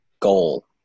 goal